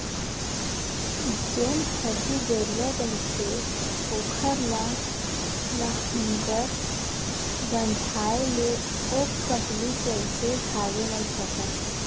जेन हरही गरूवा रहिथे ओखर म लांहगर बंधाय ले ओ पहिली जइसे भागे नइ सकय